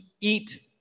eat